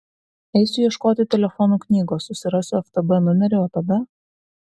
eisiu ieškoti telefonų knygos susirasiu ftb numerį o tada